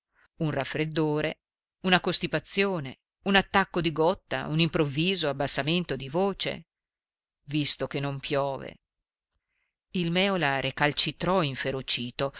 un raffreddore una costipazione un attacco di gotta un improvviso abbassamento di voce visto che non piove il mèola recalcitrò inferocito